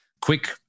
Quick